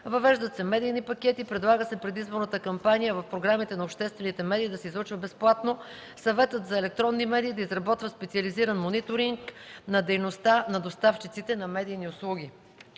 въвеждат се медийни пакети, предлага се предизборната кампания в програмите на обществените медии да се излъчва безплатно, Съветът за електронни медии да изработва специализиран мониторинг на дейността на доставчиците на медийни услуги.